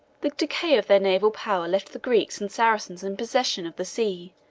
the decay of their naval power left the greeks and saracens in possession of the sea,